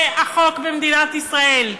זה החוק במדינת ישראל.